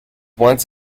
once